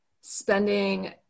spending